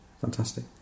Fantastic